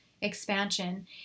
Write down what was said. expansion